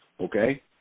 Okay